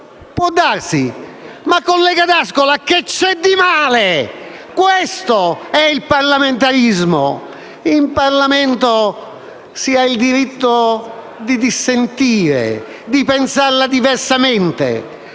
(può darsi), ma, collega D'Ascola, che c'è di male? Questo è il parlamentarismo! In Parlamento si ha il diritto di dissentire, di pensarla diversamente.